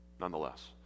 Nonetheless